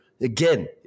again